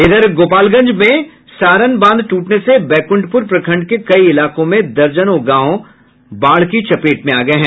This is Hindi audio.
उधर गोपालगंज में सारण बांध टूटने से बैंकुंठपुर प्रखंड के कई इलाकों में दर्जनों गांव बाढ़ की चपेट में आ गये हैं